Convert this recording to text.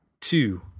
two